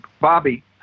Bobby